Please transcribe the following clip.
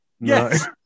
yes